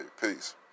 Peace